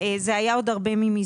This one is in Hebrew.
זה היה מזמן.